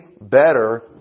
better